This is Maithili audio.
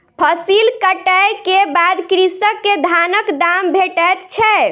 फसिल कटै के बाद कृषक के धानक दाम भेटैत छै